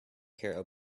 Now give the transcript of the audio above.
hero